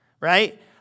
Right